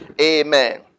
Amen